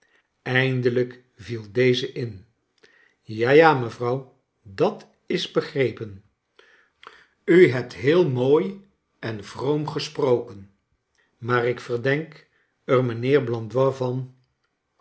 eindelijk viel deze in ja ja mevrouw dat is begrepen u hebt heel mooi en vroom gesproken maar ik ver denk er